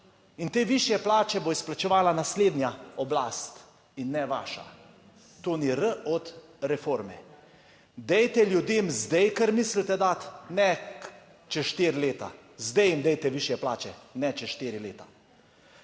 in te višje plače bo izplačevala naslednja oblast in ne vaša. To ni R od reforme. Dajte ljudem zdaj, kar mislite dati, ne čez štiri leta, zdaj jim dajte višje plače, ne čez štiri leta.